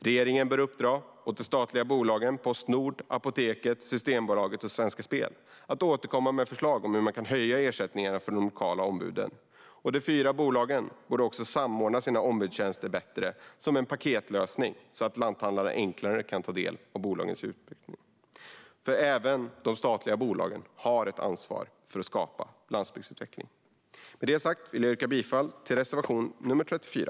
Regeringen bör uppdra åt de statliga bolagen Postnord, Apoteket, Systembolaget och Svenska Spel att återkomma med förslag om hur man kan höja ersättningarna för de lokala ombuden. De fyra bolagen borde också samordna sina ombudstjänster bättre som en paketlösning så att lanthandlarna enklare kan ta del av bolagens utbud. Även de statliga bolagen har ett ansvar för att skapa landsbygdsutveckling. Med detta sagt vill jag yrka bifall till reservation nr 34.